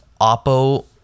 Oppo